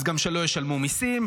אז גם שלא ישלמו מיסים,